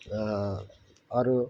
अरू